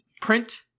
print